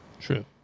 True